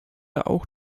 auch